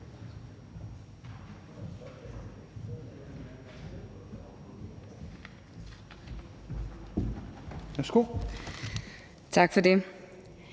Tak for det.